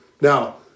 Now